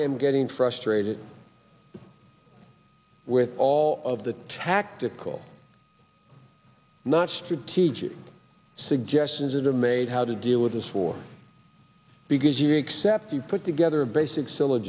am getting frustrated with all of the tactical not strategic suggestions that are made how to deal with this for because you accept you put together a basic syll